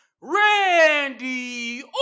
Randy